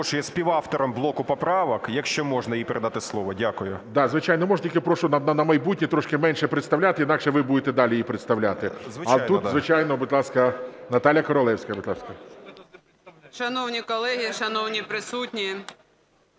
є співавтором блоку поправок. Якщо можна, їй передати слово. Дякую.